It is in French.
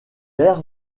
l’air